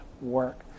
work